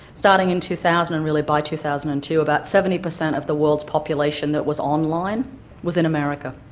starting in two thousand and really by two thousand and two about seventy percent of the world's population that was online was in america.